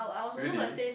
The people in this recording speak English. really